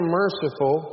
merciful